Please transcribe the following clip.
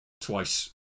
twice